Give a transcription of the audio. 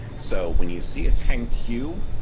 so when you see a ten q.